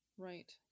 Right